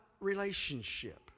relationship